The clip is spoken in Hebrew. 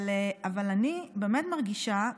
אבל אני באמת מרגישה,